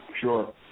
Sure